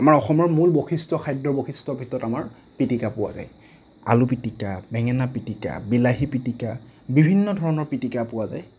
আমাৰ অসমৰ মূল বৈশিষ্ট্য খাদ্য বৈশিষ্ট্যৰ ভিতৰত আমাৰ পিটিকা পোৱা যায় আলু পিটিকা বেঙেনা পিটিকা বিলাহী পিটিকা বিভিন্ন ধৰণৰ পিটিকা পোৱা যায়